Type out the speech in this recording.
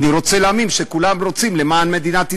אני רוצה להאמין שכולם רוצים למען מדינת ישראל,